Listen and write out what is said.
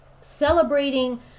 celebrating